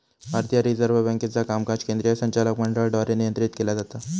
भारतीय रिझर्व्ह बँकेचा कामकाज केंद्रीय संचालक मंडळाद्वारे नियंत्रित केला जाता